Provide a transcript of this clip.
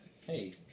Hey